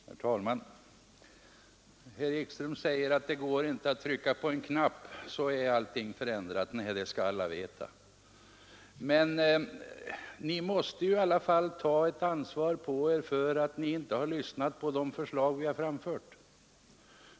Herr talman! Herr Ekström säger att det inte går att trycka på en knapp, så är allt förändrat. Nej, det skall alla veta. Men ni måste i alla fall ta ansvaret för att ni inte har lyssnat på de förslag vi har framfört.